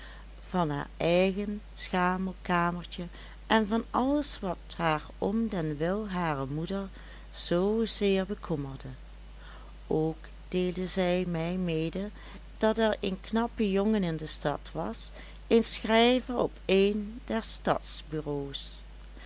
van haar eigen schamel kamertje en van alles wat haar om den wil harer moeder zoo zeer bekommerde ook deelde zij mij mede dat er een knappe jongen in de stad was een schrijver op een